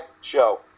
show